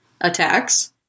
attacks